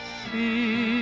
see